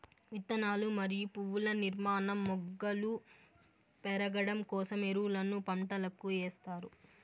విత్తనాలు మరియు పువ్వుల నిర్మాణం, మొగ్గలు పెరగడం కోసం ఎరువులను పంటలకు ఎస్తారు